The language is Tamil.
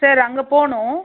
சார் அங்கே போகணும்